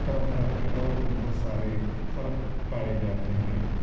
طرح طرح کے اور بھی بہت سارے فرق پائے جاتے ہیں